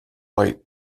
white